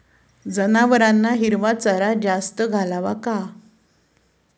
जनावरांना हिरवा चारा जास्त घालावा का?